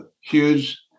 huge